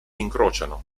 incrociano